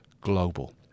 global